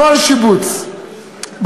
נוהל שיבוץ,